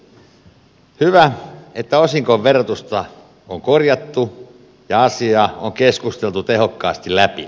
hyvä että osinkoverotusta on korjattu ja asia on keskusteltu tehokkaasti läpi